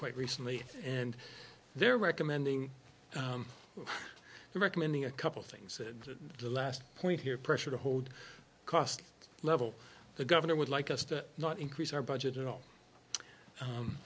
quite recently and they're recommending recommending a couple things and the last point here pressure to hold cost level the governor would like us to not increase our budget at all